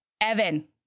Evan